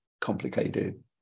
complicated